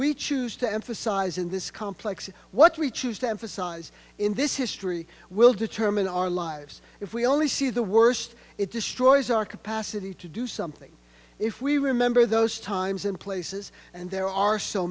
we choose to emphasize in this complex what we choose to emphasize in this history will determine our lives if we only see the worst it destroys our capacity to do something if we remember those times in places and there are so